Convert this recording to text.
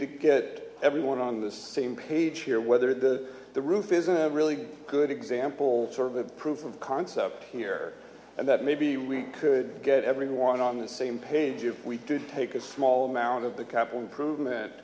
to get everyone on the same page here whether the the roof is a really good example sort of a proof of concept here and that maybe we could get everyone on the same page of we do take a small amount of the capital improvement